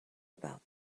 about